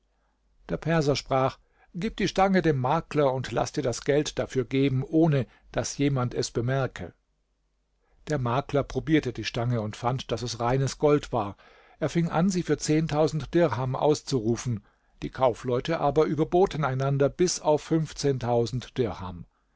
der perser sprach gib die stange dem makler und laß dir das geld dafür geben ohne daß jemand es bemerke der makler probierte die stange und fand daß es reines gold war er fing an sie für zehntausend dirham auszurufen die kaufleute aber überboten einander bis auf fünfzehntausend dirham